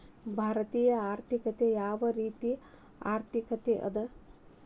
ಭಾರತೇಯ ಆರ್ಥಿಕತೆ ಯಾವ ರೇತಿಯ ಆರ್ಥಿಕತೆ ಅದ?